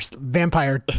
vampire